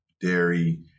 dairy